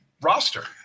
roster